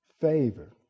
favor